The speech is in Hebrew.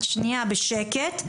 את שנייה בשקט,